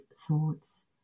thoughts